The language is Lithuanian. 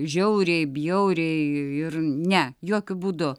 žiauriai bjauriai ir ne jokiu būdu